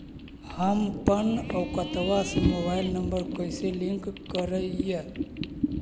हमपन अकौउतवा से मोबाईल नंबर कैसे लिंक करैइय?